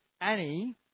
Annie